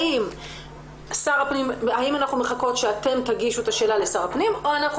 האם אנחנו מחכים שאתם תגישו את השאלה לשר הפנים או שאנחנו